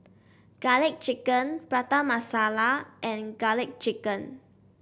garlic chicken Prata Masala and garlic chicken